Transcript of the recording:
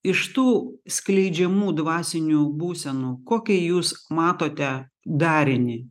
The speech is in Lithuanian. iš tų skleidžiamų dvasinių būsenų kokią jūs matote darinį